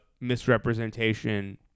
misrepresentation